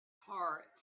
heart